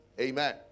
Amen